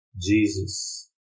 Jesus